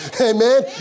Amen